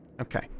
okay